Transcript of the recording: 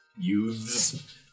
youths